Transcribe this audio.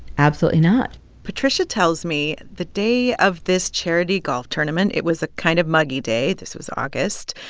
absolutely not patricia tells me the day of this charity golf tournament, it was a kind of muggy day. this was august.